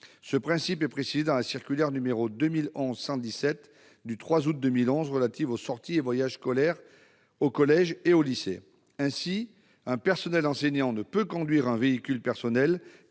Ce principe est précisé dans la circulaire n° 2011-117 du 3 août 2011 relative aux sorties et voyages scolaires au collège et au lycée. Ainsi, un personnel enseignant ne peut conduire un véhicule personnel